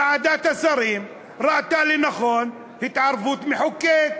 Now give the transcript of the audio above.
ועדת השרים ראתה לנכון, התערבות מחוקק.